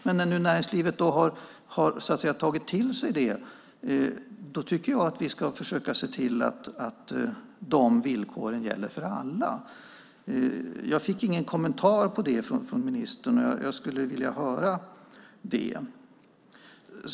Men när näringslivet nu har tagit till sig detta, då tycker jag att vi ska försöka se till att dessa villkor gäller för alla. Jag fick ingen kommentar om det från ministern, och jag skulle vilja ha det.